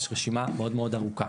יש רשימה מאוד ארוכה.